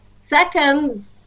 Second